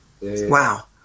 Wow